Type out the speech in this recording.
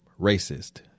racist